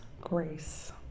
grace